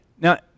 Now